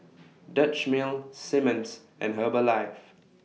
Dutch Mill Simmons and Herbalife